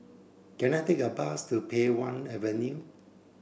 can I take a bus to Pei Wah Avenue